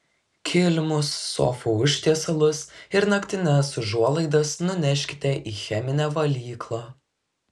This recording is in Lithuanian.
kilimus sofų užtiesalus ir naktines užuolaidas nuneškite į cheminę valyklą